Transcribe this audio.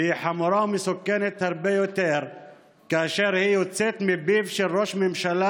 והן חמורות ומסוכנות הרבה יותר כאשר הן יוצאת מפיו של ראש ממשלה,